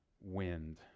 wind